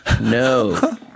No